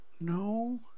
No